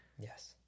Yes